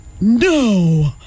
No